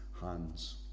hands